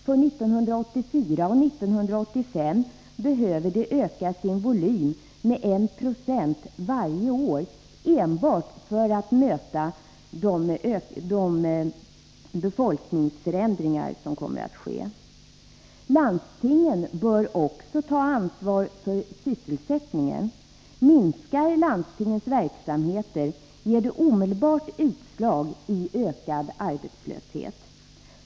För 1984 och 1985 behöver de öka sin volym med 1 90 varje år enbart för att möta de befolkningsförändringar som kommer att ske. Landstingen bör också ta ansvar för sysselsättningen. Minskar landstingens verksamheter, ger det omedelbart utslag i ökad arbetslöshet.